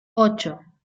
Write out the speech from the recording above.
ocho